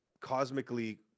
cosmically